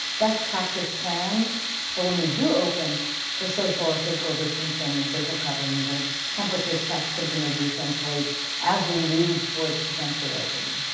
best practice plans for when we do open for social or physical distancing and facial coverings and temperature checks, symptom reviews for employees as we move towards potentially opening.